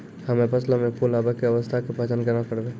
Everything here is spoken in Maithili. हम्मे फसलो मे फूल आबै के अवस्था के पहचान केना करबै?